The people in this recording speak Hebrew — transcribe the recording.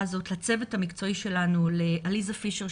הזאת לצוות המקצועי שלנו: לעליזה פישר,